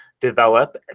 develop